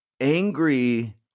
angry